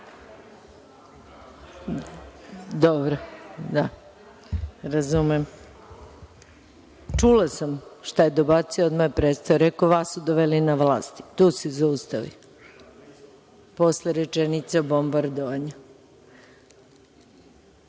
Dobro. Da, razumem. Čula sam šta je dobacio. Odmah je prestao. Rekao je – vas su doveli na vlasti, i tu se zaustavio, posle rečenice o bombardovanju.